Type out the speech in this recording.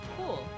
Cool